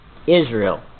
Israel